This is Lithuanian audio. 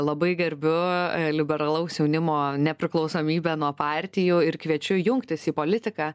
labai gerbiu liberalaus jaunimo nepriklausomybę nuo partijų ir kviečiu jungtis į politiką